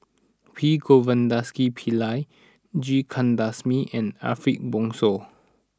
P Govindasamy Pillai G Kandasamy and Ariff Bongso